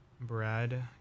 Brad